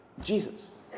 Jesus